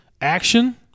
action